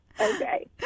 Okay